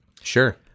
Sure